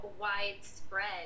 widespread